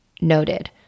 Noted